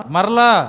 Marla